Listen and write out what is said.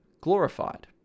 glorified